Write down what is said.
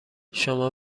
شما